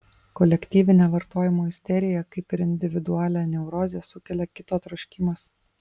kolektyvinę vartojimo isteriją kaip ir individualią neurozę sukelia kito troškimas